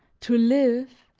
to live,